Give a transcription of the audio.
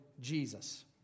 Jesus